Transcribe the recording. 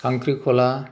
खांख्रिखला